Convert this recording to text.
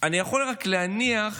יכול רק להניח